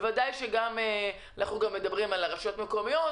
בוודאי שאנחנו מדברים גם על הרשויות המקומיות,